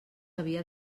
havia